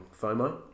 FOMO